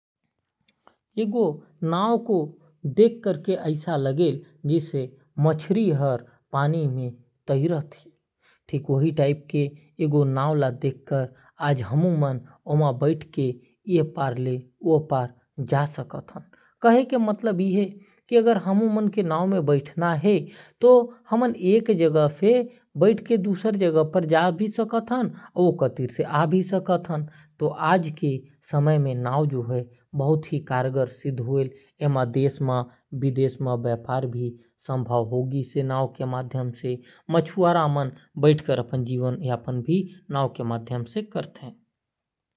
नव ल देख के लगेल की मछली हर पानी में तैरत है। ठीक वही टाइप कर नव में बैठ कर ये पार ले ओ पार जा सकत ही और आ सकत ही। नव बहुत ही बढ़िया साधन होगीस है आज के टाइम में नव के माध्यम से एक देश से दुसर देश व्यापार भी करना आसान है। नव में मछुआरा मन भी मछली पकड़े जा थे।